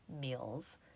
meals